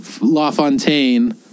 LaFontaine